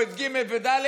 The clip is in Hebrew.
או את ג' וד',